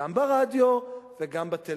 גם ברדיו וגם בטלוויזיה.